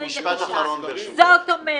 29%. מה עכשיו,